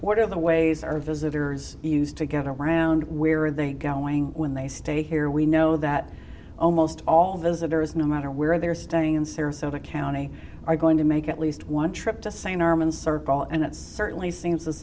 are the ways our visitors used to get around where are they going when they stay here we know that almost all visitors no matter where they're staying in sarasota county are going to make at least one trip to st armand circle and it certainly seems as